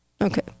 Okay